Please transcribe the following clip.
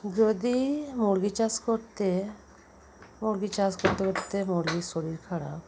যদি মুরগি চাষ করতে মুরগি চাষ করতে করতে মুরগির শরীর খারাপ